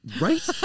Right